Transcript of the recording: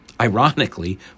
Ironically